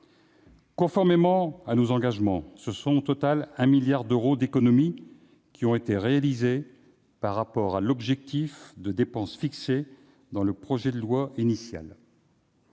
Conformément à nos engagements, au total, 1 milliard d'euros d'économies a été enregistré par rapport à l'objectif de dépenses fixé dans le projet de loi initial.